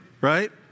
right